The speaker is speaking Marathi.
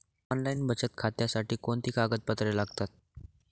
ऑनलाईन बचत खात्यासाठी कोणती कागदपत्रे लागतात?